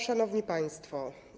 Szanowni Państwo!